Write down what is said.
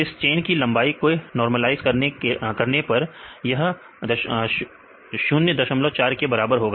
इसे चेन की लंबाई के नॉर्मलआईज करने पर यह 04 के बराबर होगा